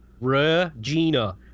Regina